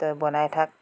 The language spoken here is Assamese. তই বনাই থাক